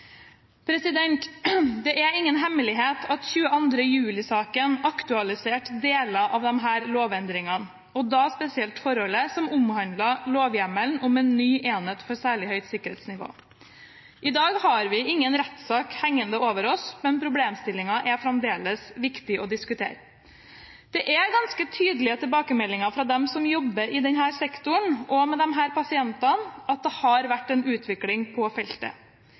Det er ingen hemmelighet at 22. juli-saken aktualiserte deler av disse lovendringene, og da spesielt forholdet som omhandlet lovhjemmelen om en ny enhet for særlig høyt sikkerhetsnivå. I dag har vi ingen rettssak hengende over oss, men problemstillingen er fremdeles viktig å diskutere. Det er ganske tydelige tilbakemeldinger fra dem som jobber i denne sektoren, og med disse pasientene, at det har vært en utvikling på feltet.